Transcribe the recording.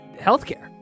healthcare